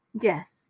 Yes